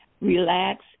Relax